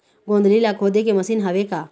गोंदली ला खोदे के मशीन हावे का?